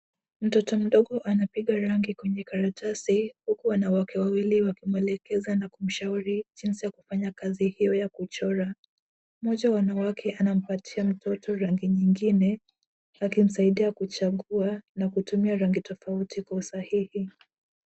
Mtoto mdogo anapiga rangi kwenye karatasi, huku wanawake wawili wakimwelekeza na kumshauri jinsi ya kufanya kazi hiyo ya kuchora. Mmoja wa wanawake anampatia mtoto rangi nyingine, akimsaidia kuchagua na kutumia rangi tofauti kwa usahihi.